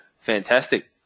fantastic